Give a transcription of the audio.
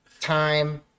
time